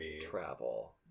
travel